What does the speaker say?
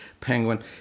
Penguin